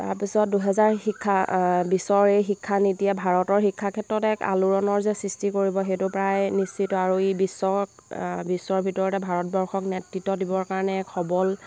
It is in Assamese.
তাৰপিছত দুহেজাৰ শিক্ষা বিছৰ এই শিক্ষানীতিয়ে ভাৰতৰ শিক্ষাৰ ক্ষেত্ৰত এক আলোড়নৰ যে সৃষ্টি কৰিব সেইটো প্ৰায় নিশ্চিত আৰু ই বিশ্বক বিশ্বৰ ভিতৰতে ভাৰতবৰ্ষক নেতৃত্ব দিবৰ কাৰণে এক সবল